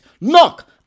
Knock